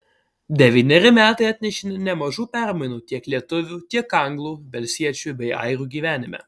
devyneri metai atnešė nemažų permainų tiek lietuvių tiek anglų velsiečių bei airių gyvenime